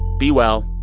be well.